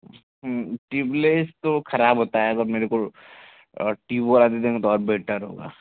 tubeless तो खराब होता है ऐसा मेरे को ट्यूब वाला दे देंगे तो और बेटर होगा